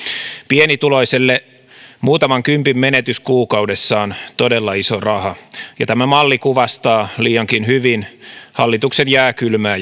pienituloiselle muutaman kympin menetys kuukaudessa on todella iso raha ja tämä malli kuvastaa liiankin hyvin hallituksen jääkylmää